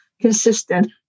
consistent